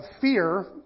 fear